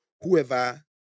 whoever